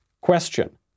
question